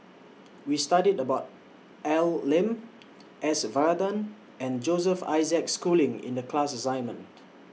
We studied about A L Lim S Varathan and Joseph Isaac Schooling in The class assignment